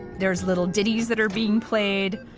there's little diddies that are being played,